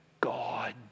God